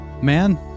Man